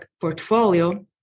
portfolio